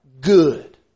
good